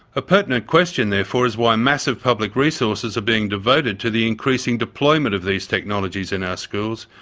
a pertinent question, therefore, is why massive public resources are being devoted to the increasing deployment of these technologies in our schools,